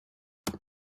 wenn